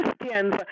Christians